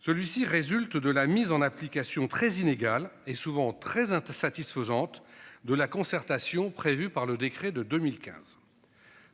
Celui-ci résulte de la mise en application très inégal et souvent très insatisfaisante de la concertation prévue par le décret de 2015.